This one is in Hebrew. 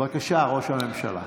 בבקשה, ראש הממשלה.